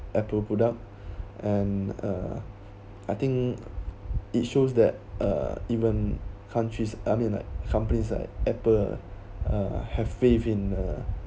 apple product and uh I think it shows that uh even countries I mean like companies like apple uh have faith in uh